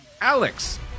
Alex